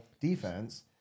defense